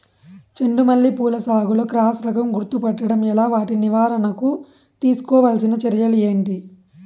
చెండు మల్లి పూల సాగులో క్రాస్ రకం గుర్తుపట్టడం ఎలా? వాటి నివారణకు తీసుకోవాల్సిన చర్యలు ఏంటి?